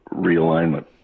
realignment